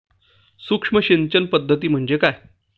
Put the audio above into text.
सूक्ष्म सिंचन पद्धती म्हणजे काय?